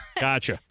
Gotcha